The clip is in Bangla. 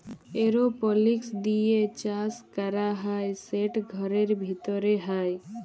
এরওপলিক্স দিঁয়ে চাষ ক্যরা হ্যয় সেট ঘরের ভিতরে হ্যয়